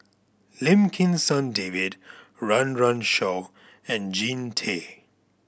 Lim Kim San David Run Run Shaw and Jean Tay